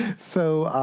so,